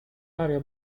maria